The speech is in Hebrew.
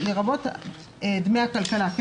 לרבות דמי הכלכלה להם